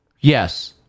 Yes